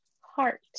Heart